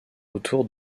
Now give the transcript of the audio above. autour